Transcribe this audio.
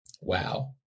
Wow